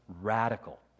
radical